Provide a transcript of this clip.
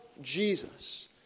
Jesus